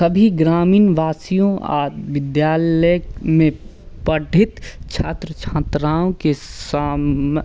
सभी ग्रामीणवासियों आदि विद्यालय में पठित छात्र छात्राओं के